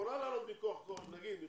יכולה לעלות מכח חוק השבות,